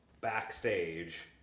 backstage